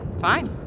Fine